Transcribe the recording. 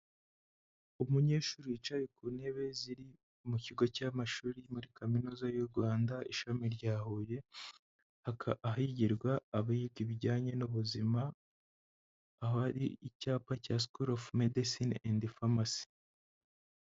Umunyeshuri wicaye ku ntebe ziri mu kigo cy'amashuri muri kaminuza y'u Rwanda ishami rya Huye, ahigirwa abiga ibijyanye n'ubuzima, ahari icyapa cya School of Medecine and Pharmacy.